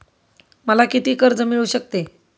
मला किती कर्ज मिळू शकते?